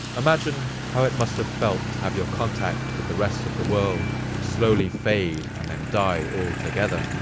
imagine how it must have felt to have your contact with the rest of the world slowly fade and then die altogether,